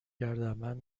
گردنبند